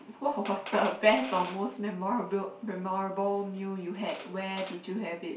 what was the best or most memorable memorable meal you had where did you have it